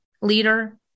leader